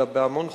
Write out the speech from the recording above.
אלא בהמון חוקים.